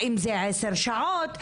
האם זה 10 שעות?